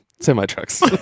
semi-trucks